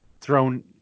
thrown